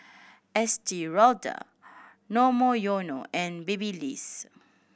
Estee Lauder Monoyono and Babyliss